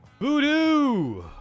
Voodoo